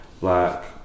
black